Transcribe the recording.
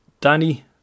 Danny